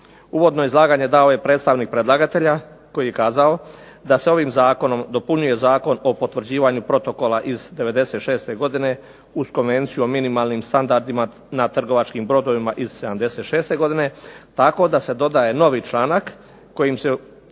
Uvodno izlaganje dao je predstavnik predlagatelja koji je kazao da se ovim zakonom dopunjuje Zakon o potvrđivanju Protokola iz '96. godine uz Konvenciju o minimalnim standardima na trgovačkim brodovima iz '76. godine tako da se dodaje novi članak kojim se